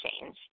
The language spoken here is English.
change